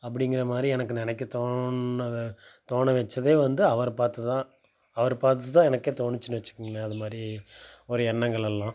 அப்படிங்கிற மாதிரி எனக்கு நினைக்க தோணுனதை தோண வைச்சதே வந்து அவரை பார்த்து தான் அவரை பார்த்து தான் எனக்கே தோணுச்சினு வெச்சுக்கோங்களேன் அது மாதிரி ஒரு எண்ணங்கள் எல்லாம்